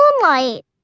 moonlight